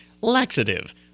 laxative